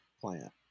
plant